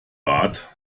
bart